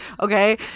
Okay